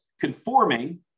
conforming